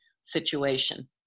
situation